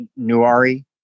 Nuari